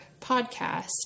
podcast